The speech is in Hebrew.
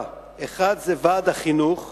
שרוצה, נסים זאב,